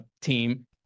Team